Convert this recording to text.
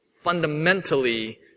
fundamentally